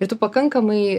ir tu pakankamai